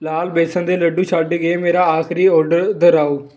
ਲਾਲ ਬੇਸਣ ਦੇ ਲੱਡੂ ਛੱਡ ਕੇ ਮੇਰਾ ਆਖਰੀ ਔਡਰ ਦੁਹਰਾਓ